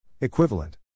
Equivalent